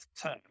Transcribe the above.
term